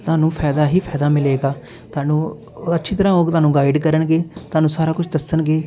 ਸਾਨੂੰ ਫ਼ਾਇਦਾ ਹੀ ਫ਼ਾਇਦਾ ਮਿਲੇਗਾ ਤੁਹਾਨੂੰ ਅੱਛੀ ਤਰ੍ਹਾਂ ਹੋ ਕੇ ਤੁਹਾਨੂੰ ਗਾਈਡ ਕਰਨਗੇ ਤੁਹਾਨੂੰ ਸਾਰਾ ਕੁਛ ਦੱਸਣਗੇ